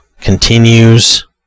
continues